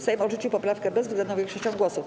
Sejm odrzucił poprawkę bezwzględną większością głosów.